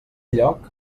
lloc